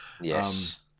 yes